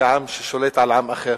שעם שולט על עם אחר.